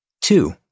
Two